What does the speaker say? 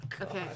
Okay